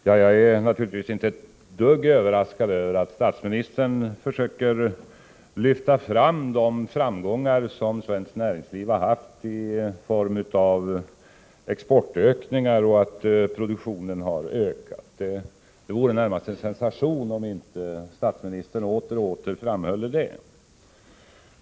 Herr talman! Jag är naturligtvis inte ett dugg överraskad av att statsministern försöker lyfta fram de framgångar som svenskt näringsliv haft i form av exportökningar och produktionsökningar. Det vore närmast en sensation om inte statsministern åter och åter framhöll dem.